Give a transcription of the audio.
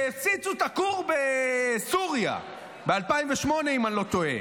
כשהפציצו את הכור בסוריה, אם אני לא טועה